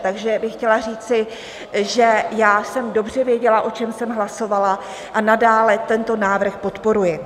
Takže bych chtěla říci, že já jsem dobře věděla, o čem jsem hlasovala, a nadále tento návrh podporuji.